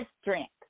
strength